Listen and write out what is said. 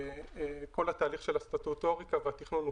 כל התהליך של הסטטוטוריקה והתכנון הוא